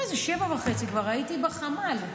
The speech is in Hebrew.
ב-07:30 כבר הייתי בחמ"ל,